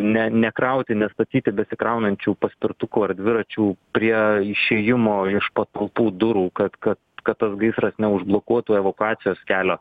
ne nekrauti nestatyti besikraunančių paspirtukų ar dviračių prie išėjimo iš patalpų durų kad kad kad tas gaisras neužblokuotų evakuacijos kelio